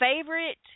favorite